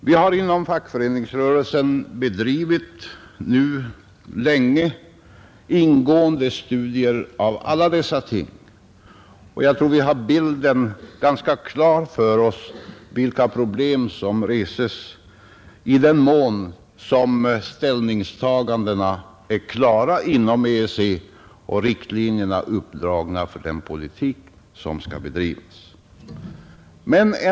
Vi har inom fackföreningsrörelsen länge bedrivit ingående studier av alla dessa ting, och jag tror att vi har ganska klart för oss vilka problem som reses, det vill säga i den mån som ställningstagandena är klara inom EEC och riktlinjerna uppdragna för den politik som skall föras.